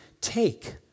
take